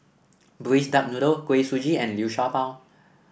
Braised Duck Noodle Kuih Suji and Liu Sha Bao